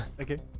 Okay